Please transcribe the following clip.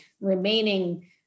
remaining